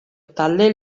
talde